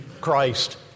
Christ